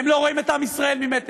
הם לא רואים את עם ישראל ממטר,